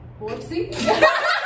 Whoopsie